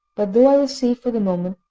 but though i was safe for the moment,